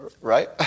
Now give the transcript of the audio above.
Right